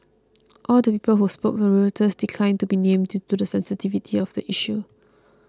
all the people who spoke to Reuters declined to be named due to the sensitivity of the issue